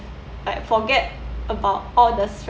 like forget about all the